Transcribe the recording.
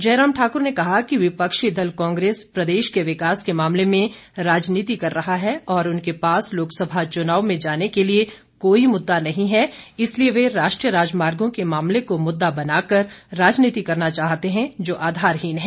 जयराम ठाकुर ने कहा कि विपक्षी दल कांग्रेस प्रदेश के विकास के मामले में राजनीति कर रहा है और उनके पास लोकसभा चुनाव में जाने के लिए कोई मुद्दा नहीं है इसलिए वे राष्ट्रीय राजमार्गो के मामले को मुद्दा बनाकर राजनीति करना चाहते है जो कि आधारहीन है